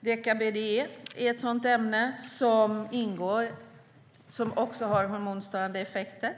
Deka-BDE är ett sådant ämne som ingår och som också har hormonstörande effekter.